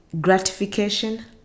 gratification